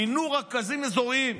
"מינו רכזי אזורים"